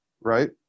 Right